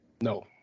No